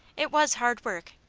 it was hard work,